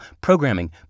Programming